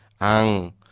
Ang